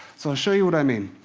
so i'll show you what i mean.